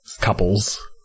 couples